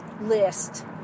list